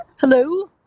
Hello